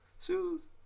shoes